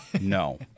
No